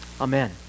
Amen